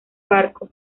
barco